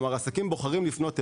עסקים בוחרים לפנות אלינו,